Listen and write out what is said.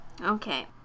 Okay